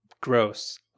Gross